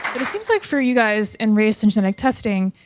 but it seems like for you guys in race and genetic testing,